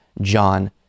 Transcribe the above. John